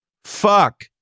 Fuck